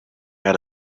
had